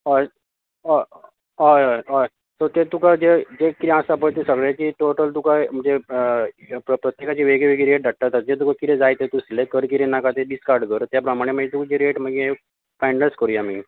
हय हय हय हय सो ते तुका थंय जे जे कितें आसा पय तेची टोटल तुका प्रत्येकाची वेगळी वेगळी रेट धाडटा थंयच्यान तुका कितें जाय ते सिलेक्ट कर कितें नाका ते डिसकार्ड कर त्या प्रमाणे तुजी रेट मायनस करुया मागीर